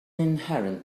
inherent